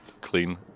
clean